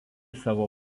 savo